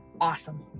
Awesome